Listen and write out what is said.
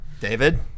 David